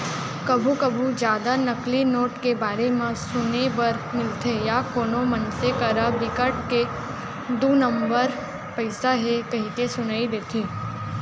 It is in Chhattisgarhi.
कभू कभू जादा नकली नोट के बारे म सुने बर मिलथे या कोनो मनसे करा बिकट के दू नंबर पइसा हे कहिके सुनई देथे